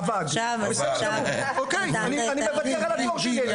אני מוותר על התור שלי.